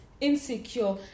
insecure